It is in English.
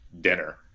dinner